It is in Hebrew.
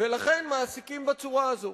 ולכן מעסיקים בצורה הזאת.